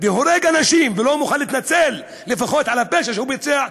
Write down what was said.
הורג אנשים ולא מוכן להתנצל לפחות על הפשע שהוא ביצע,